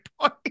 point